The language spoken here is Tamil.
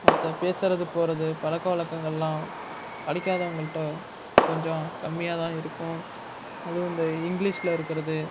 மற்ற பேசுறது போகறது பழக்க வழக்கங்கள்லாம் படிக்காதவங்கள்கிட்ட கொஞ்சம் கம்மியாகதான் இருக்கும் அதுவும் இந்த இங்கிலீஷில் இருக்கிறது